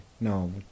No